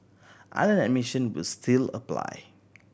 island admission will still apply